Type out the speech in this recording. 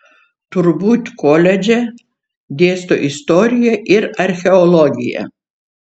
turbūt koledže dėsto istoriją ir archeologiją